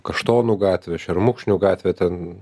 kaštonų gatvė šermukšnių gatvė ten